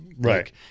Right